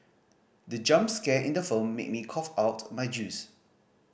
the jump scare in the film made me cough out my juice